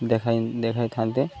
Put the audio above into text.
ଦେଖାଇ ଦେଖାଇଥାନ୍ତେ